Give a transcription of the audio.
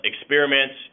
experiments